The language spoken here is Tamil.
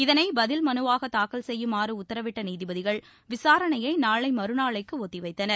இதனை பதில் மனுவாக தாக்கல் செய்யுமாறு உத்தரவிட்ட நீதிபதிகள் விசாரணையை நாளை மறுநாளைக்கு ஒத்திவைத்தனர்